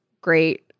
great